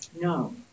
No